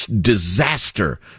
disaster